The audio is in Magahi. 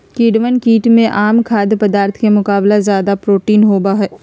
कीड़वन कीट में आम खाद्य पदार्थ के मुकाबला ज्यादा प्रोटीन होबा हई